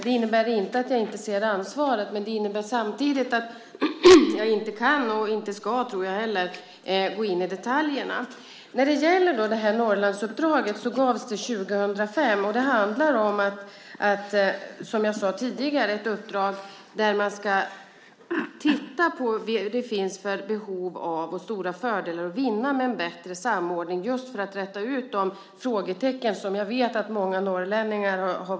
Det innebär inte att jag inte ser ansvaret, men jag kan inte och ska nog inte heller gå in i detaljerna. Norrlandsuppdraget gavs 2005. Det handlar om ett uppdrag där man ska se vilka behov som finns och vilka stora fördelar som finns att vinna med en bättre samordning för att räta ut de frågetecken som jag vet finns hos många norrlänningar.